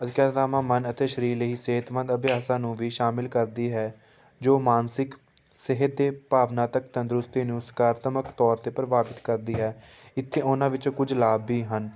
ਮਨ ਅਤੇ ਸਰੀਰ ਲਈ ਸਿਹਤਮੰਦ ਅਭਿਆਸਾ ਨੂੰ ਵੀ ਸ਼ਾਮਿਲ ਕਰਦੀ ਹੈ ਜੋ ਮਾਨਸਿਕ ਸਿਹਤ 'ਤੇ ਭਾਵਨਾਤਕ ਤੰਦਰੁਸਤੀ ਨੂੰ ਸਕਾਰਤਮਕ ਤੌਰ 'ਤੇ ਪ੍ਰਭਾਵਿਤ ਕਰਦੀ ਹੈ ਇੱਥੇ ਉਹਨਾਂ ਵਿੱਚੋਂ ਕੁਝ ਲਾਭ ਵੀ ਹਨ